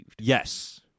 Yes